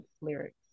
lyrics